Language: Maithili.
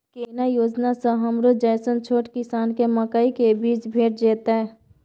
केना योजना स हमरो जैसन छोट किसान के मकई के बीज भेट जेतै?